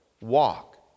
walk